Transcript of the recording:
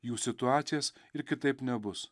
jų situacijas ir kitaip nebus